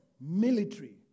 military